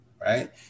right